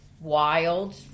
wild